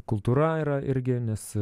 kultūra yra irgi nes